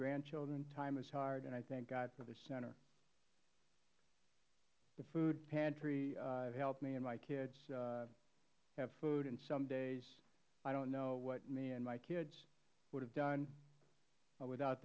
grandchildren time is hard and i thank god for the center the food pantry helped me and my kids have food and some days i dont know what me and my kids would have done without